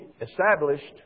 established